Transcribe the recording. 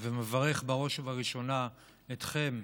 ומברך בראש ובראשונה אתכם,